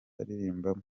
aririmbamo